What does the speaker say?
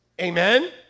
Amen